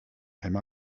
came